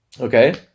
Okay